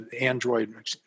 Android